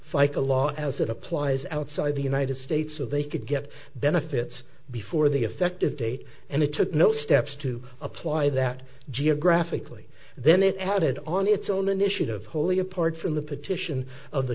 fica law as it applies outside the united states so they could get benefits before the effective date and they took no steps to apply that geographically then it had it on its own initiative wholly apart from the petition of the